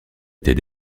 était